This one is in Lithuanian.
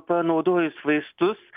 panaudojus vaistus